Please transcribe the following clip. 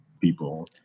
people